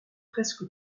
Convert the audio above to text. presque